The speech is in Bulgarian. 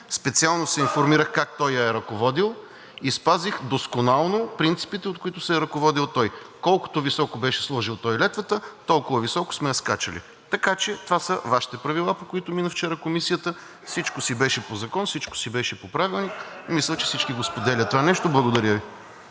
Специално се информирах как той я е ръководил и спазих досконално принципите, от които се е ръководил той. Колкото високо беше сложил той летвата, толкова високо сме я скачали, така че това са Вашите правила, по които мина вчера Комисията. Всичко си беше по закон, всичко си беше по Правилник, мисля, че всички споделят това нещо. Благодаря Ви.